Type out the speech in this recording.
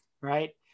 right